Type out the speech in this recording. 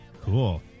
Cool